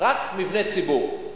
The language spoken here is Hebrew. לא הכול לשאול אותו.